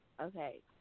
Okay